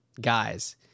guys